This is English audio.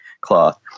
cloth